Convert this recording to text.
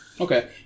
Okay